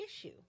issue